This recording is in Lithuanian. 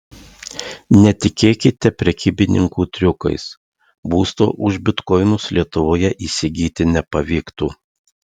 netikėkite prekybininkų triukais būsto už bitkoinus lietuvoje įsigyti nepavyktų